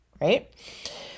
right